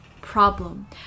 problem